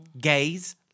Gays